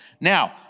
Now